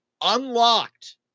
unlocked